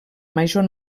major